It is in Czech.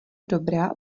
dobrá